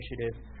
initiative